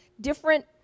different